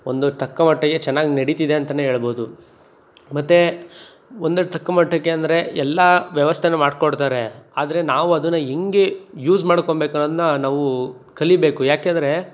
ಒಂದು ತಕ್ಕಮಟ್ಟಿಗೆ ಚೆನ್ನಾಗ್ ನಡಿತಿದೆ ಅಂತ ಹೇಳ್ಬೋದು ಮತ್ತು ಒಂದು ತಕ್ಕಮಟ್ಟಕ್ಕೆ ಅಂದರೆ ಎಲ್ಲ ವ್ಯವಸ್ಥೆ ಮಾಡಿಕೊಡ್ತರೆ ಆದರೆ ನಾವು ಅದನ್ನು ಹೆಂಗೆ ಯೂಸ್ ಮಾಡ್ಕೊಬೇಕು ಅನ್ನೋದನ್ನ ನಾವು ಕಲಿಬೇಕು ಯಾಕೆಂದರೆ